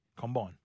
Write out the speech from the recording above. combine